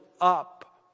up